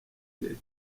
brig